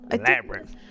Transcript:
Labyrinth